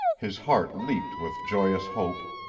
his heart leaped with joyous hope,